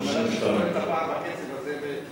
הרווחה והבריאות נתקבלה.